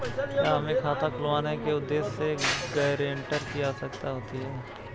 क्या हमें खाता खुलवाने के उद्देश्य से गैरेंटर की आवश्यकता होती है?